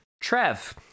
Trev